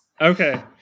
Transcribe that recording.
Okay